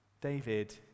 David